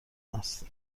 است